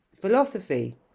philosophy